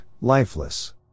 lifeless